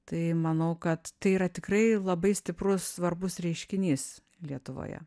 tai manau kad tai yra tikrai labai stiprus svarbus reiškinys lietuvoje